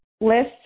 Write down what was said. list